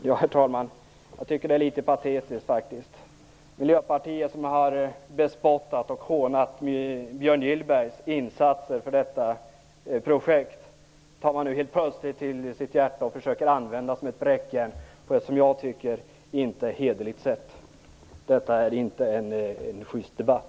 Herr talman! Jag tycker faktiskt att detta är litet patetiskt. Miljöpartiet, som har bespottat och hånat Björn Gillbergs insatser för detta projekt, tar nu honom helt plötsligt till sitt hjärta och försöker använda honom som ett bräckjärn på ett, som jag tycker, inte hederligt sätt. Detta är inte en schyst debatt.